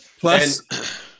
Plus